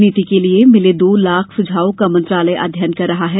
नीति के लिए मिले दो लाख सुझावों का मंत्रालय अध्ययन कर रहा है